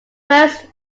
first